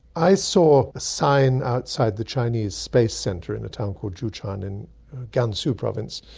i saw a sign outside the chinese space centre in a town called jiu quan in qansu province,